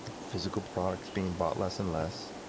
physical products being bought less and less.